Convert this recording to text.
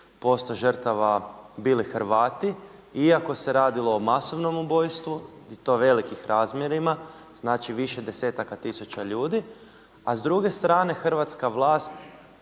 90% žrtava bili Hrvati, iako se radilo o masovnom ubojstvu i to velikih razmjerima, znači više desetaka tisuća ljudi. A s druge strane hrvatska vlast